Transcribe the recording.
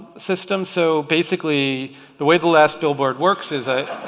system. so basically the way the last billboard works is i.